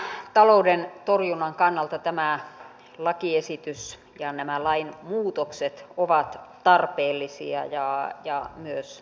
harmaan talouden torjunnan kannalta tämä lakiesitys ja nämä lainmuutokset ovat tarpeellisia ja myös odotettuja